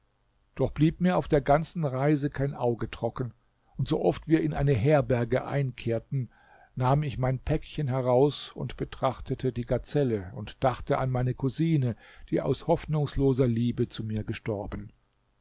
doch blieb mir auf der ganzen reise kein auge trocken und so oft wir in eine herberge einkehrten nahm ich mein päckchen heraus und betrachtete die gazelle und dachte an meine cousine die aus hoffnungsloser liebe zu mir gestorben